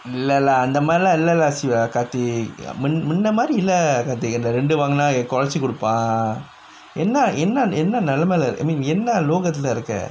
இல்லலா அந்த மாரிலா இல்லலா:illalaa antha maarilaa illalaa siva karthik மின்ன மாரி இல்ல:minna maari illa karthik அந்த ரெண்டு குறைச்சி கொடுப்பா என்ன என்ன என்ன நெலமைல:antha rendu vaangunaa kuraichi kodupaa enna enna enna nelamaila I mean என்ன லோகத்துல இருக்க:enna logathula irukka